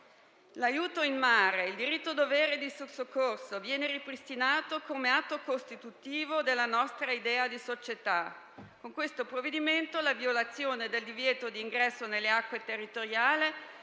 L'aiuto in mare, il diritto-dovere di soccorso, viene ripristinato come atto costitutivo della nostra idea di società. Con questo provvedimento la violazione del divieto di ingresso nelle acque territoriali